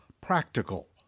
practical